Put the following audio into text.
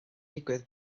digwydd